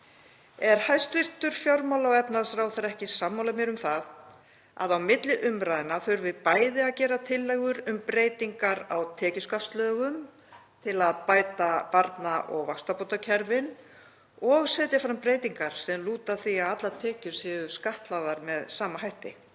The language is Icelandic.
Er hæstv. fjármála- og efnahagsráðherra ekki sammála mér um það að á milli umræðna þurfi bæði að gera tillögur um breytingar á tekjuskattslögum til að bæta barna- og vaxtabótakerfin og setja fram breytingar sem lúta að því að allar tekjur séu skattlagðar með sama hætti?